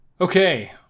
Okay